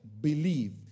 believe